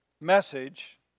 message